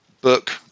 book